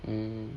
mm